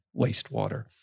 wastewater